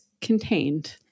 contained